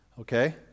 Okay